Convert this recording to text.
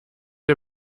der